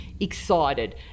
excited